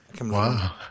Wow